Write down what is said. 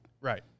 Right